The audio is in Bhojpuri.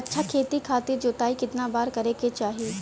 अच्छा खेती खातिर जोताई कितना बार करे के चाही?